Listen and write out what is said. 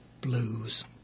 Blues